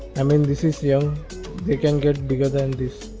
i mean this is young they can get bigger than this.